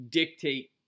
dictate